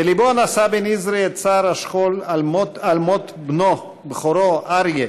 בליבו נשא בן-יזרי את צער השכול על מות בנו בכורו אריה,